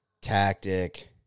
tactic